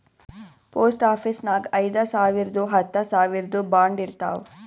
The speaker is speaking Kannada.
ಪೋಸ್ಟ್ ಆಫೀಸ್ನಾಗ್ ಐಯ್ದ ಸಾವಿರ್ದು ಹತ್ತ ಸಾವಿರ್ದು ಬಾಂಡ್ ಇರ್ತಾವ್